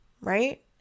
Right